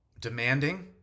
demanding